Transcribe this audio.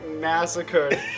massacred